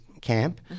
camp